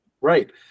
Right